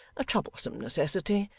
a troublesome necessity!